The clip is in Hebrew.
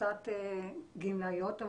קבוצת גמלאיות,